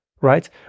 right